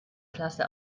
klasse